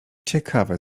ciekawe